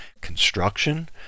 construction